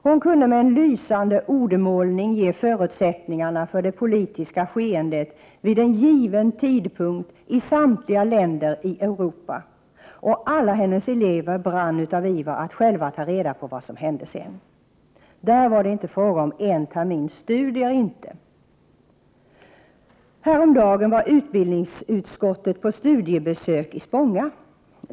Hon kunde med en lysande ordmålning ge förutsättningarna för det politiska skeendet vid en given tidpunkt i samtliga länder i Europa. Och alla hennes elever brann av iver att själva ta reda på vad som hände sedan. Där var det inte fråga om en termins studier, inte! Häromdagen var utbildningsutskottet på studiebesök i Spånga.